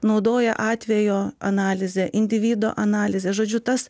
naudoja atvejo analizę individo analizę žodžiu tas